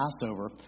Passover